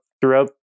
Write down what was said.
throughout